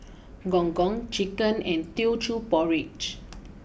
Gong Gong Chicken and Teochew Porridge